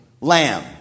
lamb